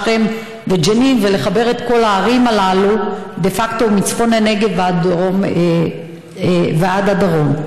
שכם וג'נין ולחבר את כל הערים הללו דה פקטו מצפון הנגב ועד הדרום.